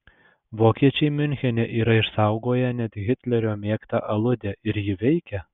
vokiečiai miunchene yra išsaugoję net hitlerio mėgtą aludę ir ji veikia